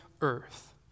earth